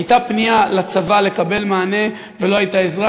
הייתה פנייה לצבא לקבל מענה, ולא הייתה עזרה.